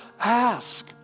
Ask